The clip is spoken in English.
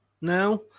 now